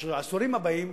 או של העשורים הבאים,